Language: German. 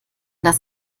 das